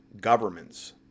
governments